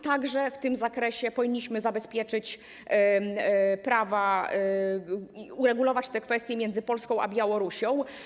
Tak że w tym zakresie powinniśmy zabezpieczyć prawa, uregulować te kwestie między Polską a Białorusią.